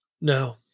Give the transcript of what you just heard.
No